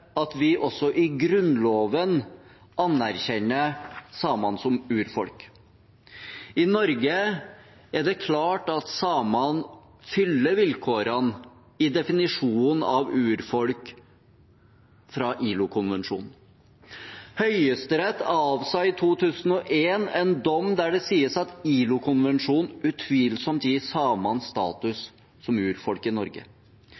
at vi også i Grunnloven anerkjenner samene som urfolk. Det er klart at samene i Norge fyller vilkårene for definisjonen av urfolk i ILO-konvensjonen. Høyesterett avsa i 2001 en dom der det sies at ILO-konvensjonen utvilsomt gir samene status som urfolk i Norge.